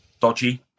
dodgy